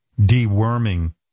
deworming